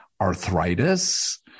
arthritis